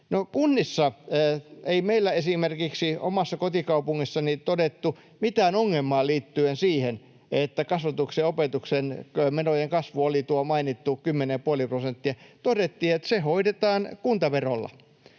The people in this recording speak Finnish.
kunnissa ei meillä, esimerkiksi omassa kotikaupungissani, todettu mitään ongelmaa liittyen siihen, että kasvatuksen ja opetuksen menojen kasvu oli tuo mainittu 10,5 prosenttia. Todettiin, että se hoidetaan kuntaverolla.